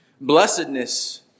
Blessedness